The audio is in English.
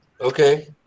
Okay